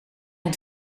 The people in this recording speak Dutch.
een